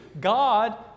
God